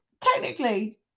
Technically